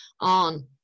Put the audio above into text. on